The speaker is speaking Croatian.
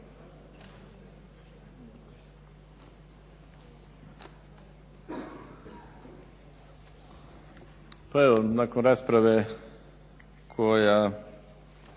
Hvala i vama